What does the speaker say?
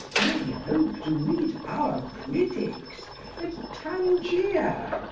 may hope to meet our critiques at tangier.